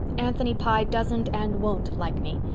anthony pye doesn't and won't like me.